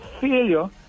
failure